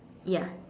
ya